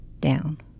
down